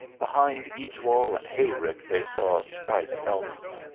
behind each wall and hayrick they saw spiked helmets.